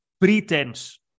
pretense